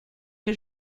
que